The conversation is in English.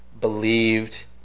believed